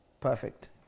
Perfect